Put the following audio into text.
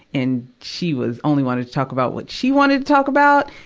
and she was, only wanted to talk about what she wanted to talk about.